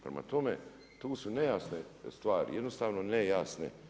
Prema tome, tu su nejasne stvari, jednostavno nejasne.